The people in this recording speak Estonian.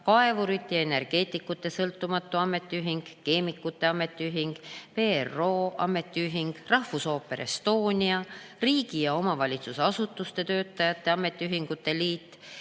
Kaevurite ja Energeetikute Sõltumatu Ametiühing, Keemikute Ametiühing, PRO ametiühing, Rahvusooper Estonia, Riigi- ja Omavalitsusasutuste Töötajate Ametiühingute Liit